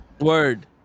Word